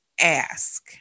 ask